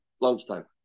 lunchtime